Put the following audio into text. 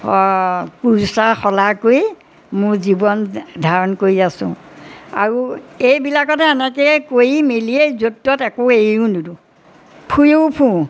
কুৰ্ছা শলা কৰি মোৰ জীৱন ধাৰণ কৰি আছোঁ আৰু এইবিলাকতে এনেকৈয়ে কৰি মেলিয়েই য'ত ত'ত একো এৰিও নিদিওঁ ফুৰিও ফুৰোঁ